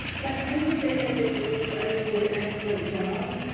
but i will say that the deans are doing an excellent job,